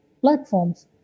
platforms